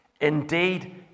Indeed